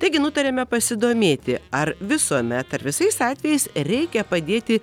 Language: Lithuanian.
taigi nutarėme pasidomėti ar visuomet ar visais atvejais reikia padėti